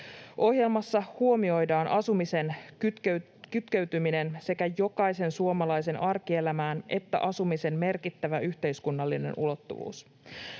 Ohjelmassa huomioidaan sekä asumisen kytkeytyminen jokaisen suomalaisen arkielämään että asumisen merkittävä yhteiskunnallinen ulottuvuus.